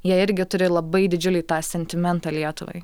jie irgi turi labai didžiulį tą sentimentą lietuvai